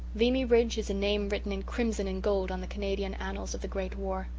vimy ridge is a name written in crimson and gold on the canadian annals of the great war.